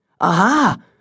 Aha